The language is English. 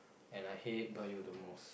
and I hate bio the most